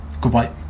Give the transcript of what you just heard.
Goodbye